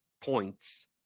points